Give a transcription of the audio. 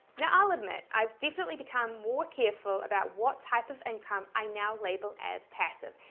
yeah i'll admit i've definitely become more careful about what type of income i now label as passive.